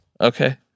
Okay